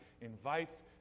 invites